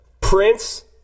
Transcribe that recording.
Prince